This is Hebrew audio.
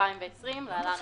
התש"ף-2020 (להלן,